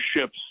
ships